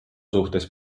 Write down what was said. suhtes